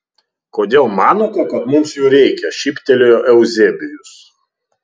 kodėl manote kad mums jų reikia šyptelėjo euzebijus